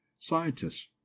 scientists